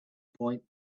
point